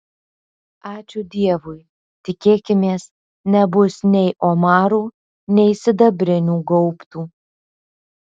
ačiū dievui tikėkimės nebus nei omarų nei sidabrinių gaubtų